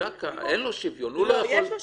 אין לו שוויון.